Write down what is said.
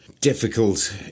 Difficult